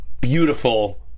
beautiful